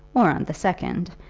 or on the second,